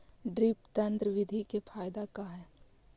Drip तन्त्र बिधि के फायदा का है?